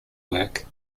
work